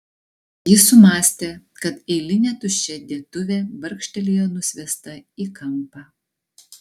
jis sumąstė kai eilinė tuščia dėtuvė barkštelėjo nusviesta į kampą